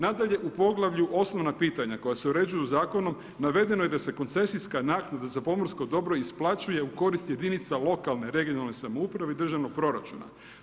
Nadalje u poglavlju osnovna pitanja koja se uređuju zakonom, navedeno je da se koncesijska naknada za pomorsko dobro isplaćuje u korist jedinice lokalne, regionalne samouprave i državne proračuna.